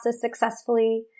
successfully